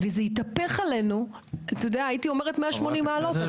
וזה התהפך עלינו, הייתי אומרת 180 מעלות.